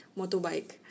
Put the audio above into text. motorbike